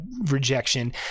rejection